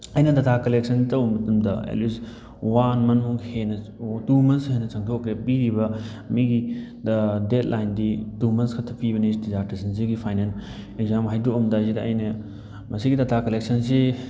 ꯑꯩꯅ data collection ꯇꯧꯕ ꯃꯇꯝꯗ ꯑꯦꯠꯂꯤꯁ ꯋꯥꯟ ꯃꯟꯃꯨꯛ ꯍꯦꯟꯅ ꯇꯨ ꯃꯟꯁ ꯍꯦꯟꯅ ꯆꯪꯊꯣꯛꯈ꯭ꯔꯦ ꯄꯤꯔꯤꯕ ꯃꯤꯒꯤ ꯗꯦꯠ ꯂꯥꯏꯟꯗꯤ ꯇꯨ ꯃꯟꯁ ꯈꯛꯇ ꯄꯤꯕꯅꯤ ꯗꯤꯖꯥꯔꯇꯦꯁꯟꯁꯤꯒꯤ ꯐꯥꯏꯅꯦꯜ ꯑꯦꯛꯖꯥꯝ ꯍꯥꯏꯗꯣꯛꯂꯝꯗꯥꯏꯁꯤꯗ ꯑꯩꯅ ꯃꯁꯤꯒꯤ ꯗꯥꯇꯥ ꯀꯂꯦꯛꯁꯟꯁꯤ